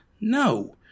No